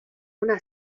una